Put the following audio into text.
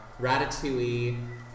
ratatouille